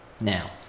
now